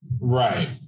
Right